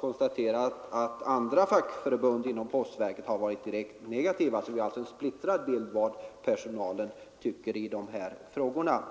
konstatera att andra fackförbund har varit direkt negativa. Vi har alltså en splittrad bild av vad personalen tycker i de här frågorna.